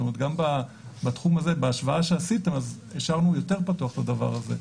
כלומר בהשוואה שעשיתם השארנו יותר פתוח את הדבר הזה.